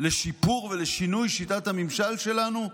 לשיפור ולשינוי שיטת הממשל שלנו?